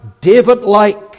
David-like